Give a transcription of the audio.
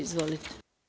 Izvolite.